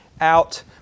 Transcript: out